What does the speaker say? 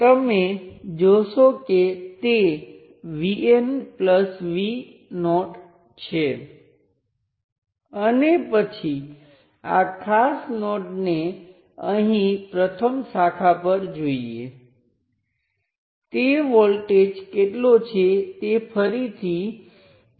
તેથી હું જે કરવાનો પ્રયાસ કરું છું તે અમુક મનસ્વી સર્કિટ સાથે કામ ન કરો પરંતુ સિંગલ કરંટ સ્ત્રોત I1 અન્ય હું બતાવીશ હું જે મોડેલ મેળવું છું તેમાં I1 ની કિંમત જે હોય તે તે મૂળ સર્કિટમાં સમાન હશે